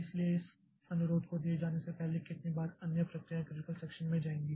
इसलिए इस अनुरोध को दिए जाने से पहले कितनी बार अन्य प्रक्रियाएं क्रिटिकल सेक्षन में जाएंगी